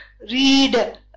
read